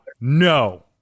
no